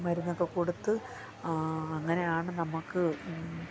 മരുന്നൊക്കെ കൊടുത്ത് അങ്ങനെ ആണ് നമുക്ക്